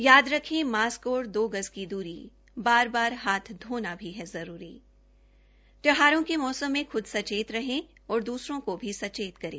याद रखे मास्क और दो गज की द्री बार बार हाथ धोना भी है जरूरी त्यौहारों के मौसम में खुद सचेत रहे और दूसरों को भी सचेत करें